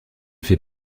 fait